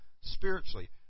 spiritually